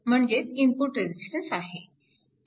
म्हणजेच input resistance आहे